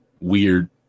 weird